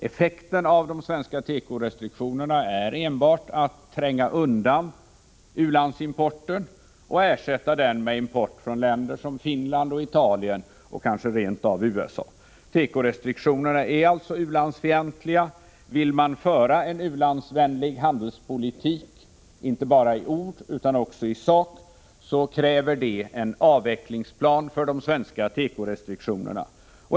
Effekten av de svenska tekorestriktionerna är enbart att tränga undan u-landsimporten och ersätta den med import från länder som Finland, Italien och kanske rent av USA. Tekorestriktionerna är alltså u-landsfientliga. Vill man föra en u-landsvänlig handelspolitik, inte bara i ord utan också i sak, kräver det en avvecklingsplan för de svenska tekorestriktionerna.